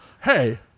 Hey